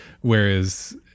whereas